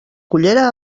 cullera